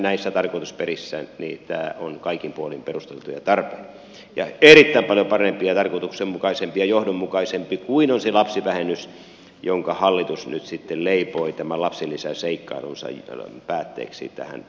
näissä tarkoitusperissä tämä on kaikin puolin perusteltu ja tarpeen erittäin paljon parempi ja tarkoituksenmukaisempi ja johdonmukaisempi kuin on se lapsivähennys jonka hallitus nyt sitten leipoi lapsilisäseikkailunsa päätteeksi tähän verojärjestelmään